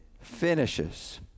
finishes